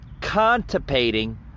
contemplating